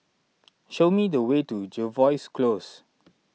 show me the way to Jervois Close